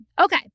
Okay